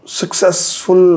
successful